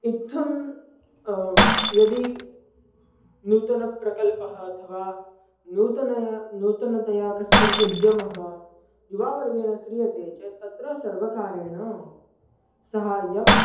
इत्थं यदि नूतनप्रकल्पः अथवा नूतनं यः नूतनतया कश्चन उद्यमः युववर्गेण क्रियते चेत् तत्र सर्वकारेण सहायः